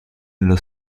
nello